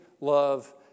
love